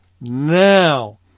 Now